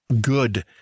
good